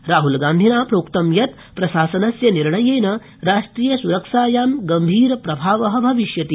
राहुलगान्धिना प्रोक्त यत् प्रशासनस्य निर्णयेन राष्ट्रियस्रक्षायां गभीरप्रभावो भविष्यति